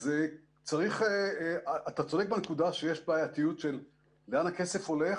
אז אתה צריך בנקודה שיש בעייתיות של לאן הכסף הולך